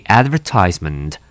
advertisement